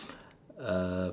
uh